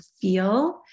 feel